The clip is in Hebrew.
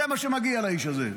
זה מה שמגיע לאיש הזה.